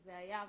שזה היה.